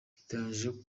biteganijwe